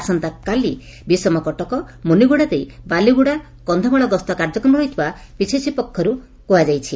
ଆସନ୍ତାକାଲି ବିଷମ କଟକ ମୁନିଗୁଡା ଦେଇ ବାଲିଗୁଡା କକ୍ଷମାଳ ଗସ୍ତ କାର୍ଯ୍ୟକ୍ରମ ରହିଥିବା ପିସିସି ତରଫରୁ କୁହାଯାଇଛି